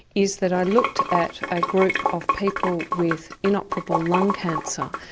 is that i looked at at a group of people with inoperable lung cancer,